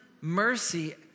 mercy